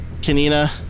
Kenina